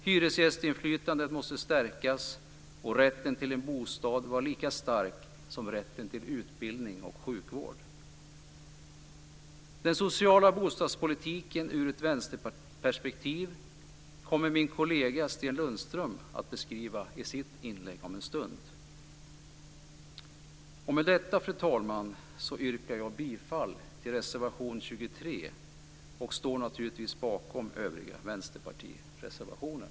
Hyresgästinflytandet måste stärkas och rätten till en bostad vara lika stark som rätten till utbildning och sjukvård. Den sociala bostadspolitiken ur ett vänsterperspektiv kommer min kollega Sten Lundström att beskriva i sitt inlägg om en stund. Fru talman! Med detta yrkar jag bifall till reservation 23 och står naturligtvis bakom övriga vänsterpartireservationer.